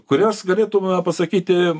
kurios galėtume pasakyti